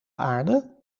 aarde